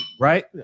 Right